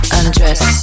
undress